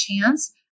chance